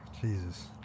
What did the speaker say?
Jesus